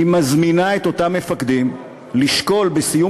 היא מזמינה את אותם מפקדים לשקול בסיום